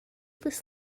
this